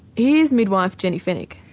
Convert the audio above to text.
here's midwife jenny fenwick.